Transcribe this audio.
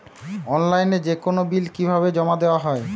অনলাইনে যেকোনো বিল কিভাবে জমা দেওয়া হয়?